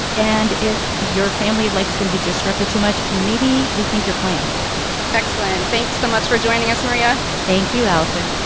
and if your family life is going to be disrupted too much, maybe rethink your plans excellent. thanks so much for joining us, maria thank you, allison